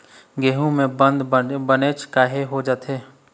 गेहूं म बंद बनेच काहे होथे जाथे?